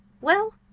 Well